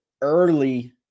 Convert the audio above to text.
early